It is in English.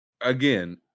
Again